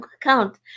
account